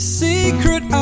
secret